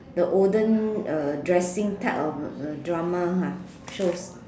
the olden uh dressing type of drama ah shows